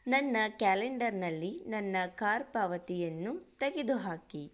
ನನ್ನ ಕ್ಯಾಲೆಂಡರ್ನಲ್ಲಿ ನನ್ನ ಕಾರ್ ಪಾವತಿಯನ್ನು ತೆಗೆದುಹಾಕಿ